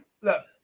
look